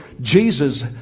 Jesus